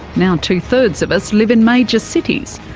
now two-thirds of us live in major cities,